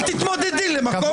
אל תתמודדי למקום